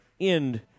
end